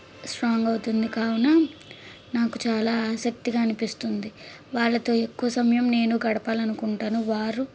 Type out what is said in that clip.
strong అవుతుంది కావున నాకు చాలా ఆసక్తిగా అనిపిస్తుంది వాళ్ళతో ఎక్కువ సమయం నేను గడపాలి అనుకుంటాను వారు